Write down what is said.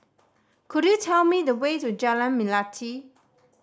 could you tell me the way to Jalan Melati